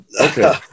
Okay